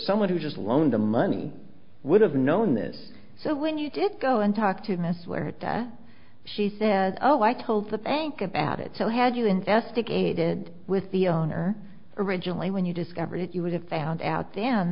someone who just loaned the money would have known this so when you did go and talk to miss where that she said oh i told the bank about it so had you investigated with the owner originally when you discovered it you would have found out then